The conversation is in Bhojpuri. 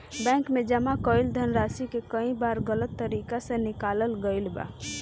बैंक में जमा कईल धनराशि के कई बार गलत तरीका से निकालल गईल बा